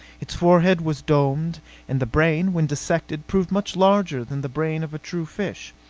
its forehead was domed and the brain, when dissected, proved much larger than the brain of a true fish.